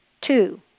two